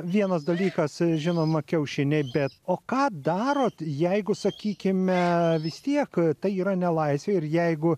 vienas dalykas žinoma kiaušiniai bet o ką darot jeigu sakykime vis tiek tai yra nelaisvė ir jeigu